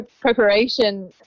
preparation